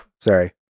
Sorry